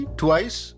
twice